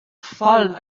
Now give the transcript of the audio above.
fall